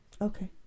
Okay